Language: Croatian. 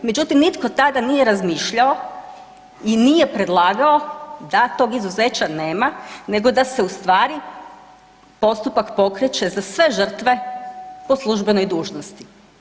Međutim, nitko tada nije razmišljao i nije predlagao da tog izuzeća nema nego da se u stvari postupak pokreće za sve žrtve po službenoj dužnosti.